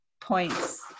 points